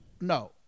No